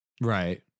Right